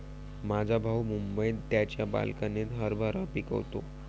माझा भाऊ मुंबईत त्याच्या बाल्कनीत हरभरा पिकवतो